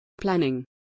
Planning